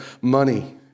money